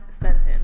sentence